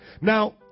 Now